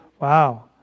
wow